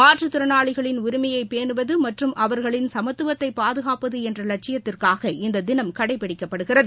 மாற்றுதிறனாளிகளின் உரிமையை பேனுவது மற்றும் அவர்களின் சமத்துவத்தை பாதுகாப்பது என்ற லட்சியத்துக்காக இந்த தினம் கடைபிடிக்கப்படுகிறது